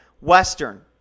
Western